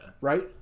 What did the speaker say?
Right